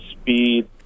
speed